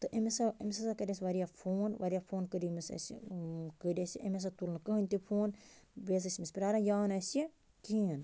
تہٕ أمسا أمِس ہَسا کرے اَسہِ وارِیاہ فون وارِیاہ فون کٔرۍ أمس اَسہِ کٔرۍ اَسہِ أمۍ ہَسا تُل نہٕ کٔہٕنۍ تہِ فون بیٚیہِ ہَسا ٲسۍ أمِس پیاران یہِ آو نہٕ اَسہِ کِہیٖنٛۍ